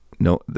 No